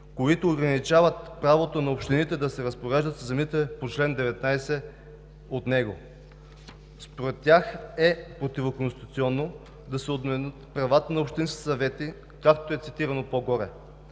които ограничават правото на общините да се разпореждат със земите по чл. 19 от него. Според тях е противоконституционно да се отменят права на общинските съвети, както е цитирано по-горе.